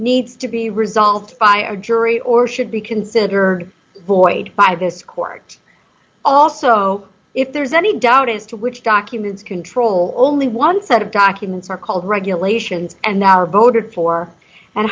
needs to be resolved by a jury or should be considered void by this court also if there's any doubt as to which documents control only one set of documents are called regulations and now are voted for and